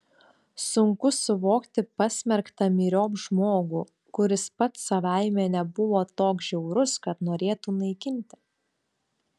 sunku suvokti pasmerktą myriop žmogų kuris pats savaime nebuvo toks žiaurus kad norėtų naikinti